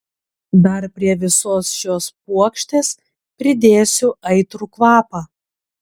dar prie visos šios puokštės pridėsiu aitrų kvapą